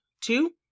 Two